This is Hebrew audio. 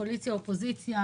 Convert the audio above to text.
קואליציה ואופוזיציה,